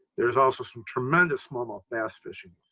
there's also some tremendous smallmouth bass fishing.